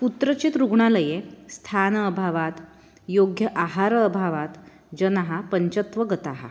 कुत्रचित् रुग्णालये स्थानस्य अभावात् योग्यस्य आहारस्य अभावात् जनाः पञ्चत्वं गताः